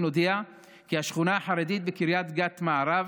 הודיע כי השכונה החרדית בקריית גת מערב,